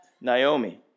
Naomi